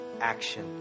action